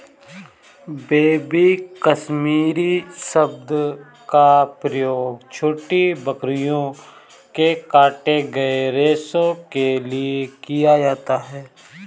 baby Kashmiri शब्द का प्रयोग छोटी बकरियों के काटे गए रेशो के लिए किया जाता है